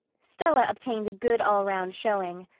stella obtained a good all-round showing.